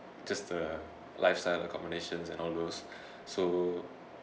just the lifestyle or accomodations and all those so